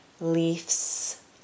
leaves